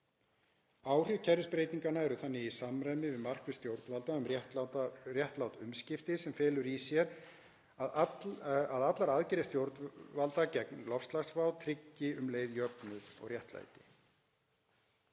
Áhrif kerfisbreytinganna eru þannig í samræmi við markmið stjórnvalda um réttlát umskipti sem felur það í sér að allar aðgerðir stjórnvalda gegn loftslagsvánni tryggi um leið jöfnuð og réttlæti.